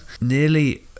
Nearly